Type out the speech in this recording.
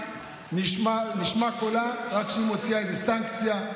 נשמע קולה רק כשהיא מוציאה איזו סנקציה,